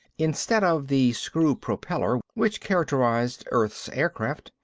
instead of the screw propeller which characterized earth's aircraft,